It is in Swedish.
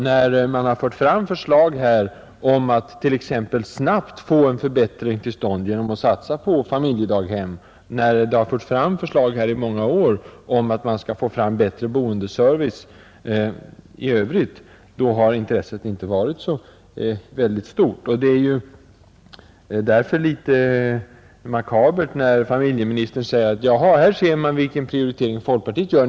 När förslag fördes fram som syftade till att t.ex. snabbt få en förbättring till stånd genom en satsning på familjedaghem, och när förslag under många år fördes fram om förbättrad boendeservice i övrigt, var intresset från regeringens sida inte så stort som man kunde önska. Det är därför litet makabert när familjeministern säger: ”Här ser man vilken prioritering folkpartiet gör.